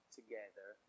together